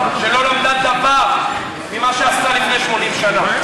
שלא למדה דבר ממה שעשתה לפני 80 שנה.